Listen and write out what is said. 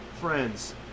Friends